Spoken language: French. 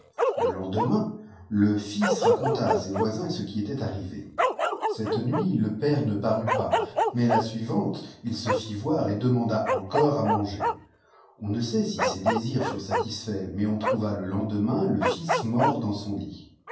le lendemain le fils raconta à ses voisins ce qui était arrivé cette nuit le père ne parut pas mais la suivante il se fit voir et demanda encore à manger on ne sait si ses désirs furent satisfaits mais on trouva le lendemain le fils mort dans son lit